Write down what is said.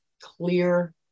clear